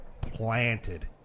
planted